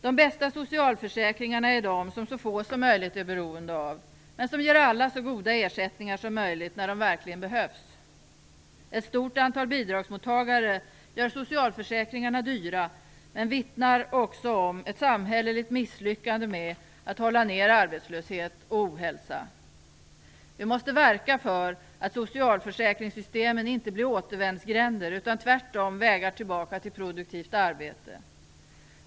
De bästa socialförsäkringarna är de som så få som möjligt är beroende av men som ger alla så goda ersättningar som möjligt när de verkligen behövs. Ett stort antal bidragsmottagare gör socialförsäkringarna dyra men vittnar också om ett samhälleligt misslyckande med att hålla nere arbetslöshet och ohälsa. Vi måste verka för att socialförsäkringssystemen inte blir återvändsgränder utan tvärtom vägar tillbaka till produktivt arbete.